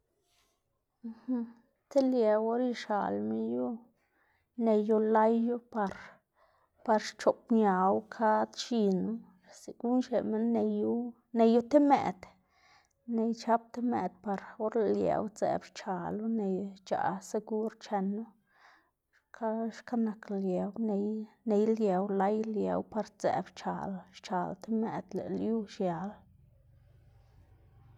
ti liew or ixalma yu, neyu layu par par xchoꞌbñawu kad x̱inu, segun xneꞌ minn neyu neyu ti mëꞌd, ney chap ti mëꞌd par or lëꞌ liew sdzeꞌb xchalo ney xc̲h̲aꞌ segur chenu, xka xka nak liew ney ney liew lay liew par sdzeꞌb xchal xchal ti mëꞌd lëꞌ lyu xial.